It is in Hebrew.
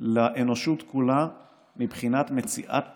לאנושות כולה מבחינת מציאת פתרונות,